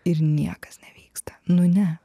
ir niekas nevyksta nu ne